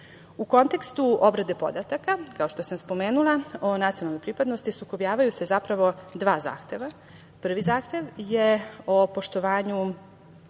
kontekstu obrade podataka, kao što sam spomenula, o nacionalnoj pripadnosti sukobljavaju se zapravo dva zahteva. Prvi zahtev je o poštovanju